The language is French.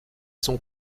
sont